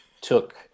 took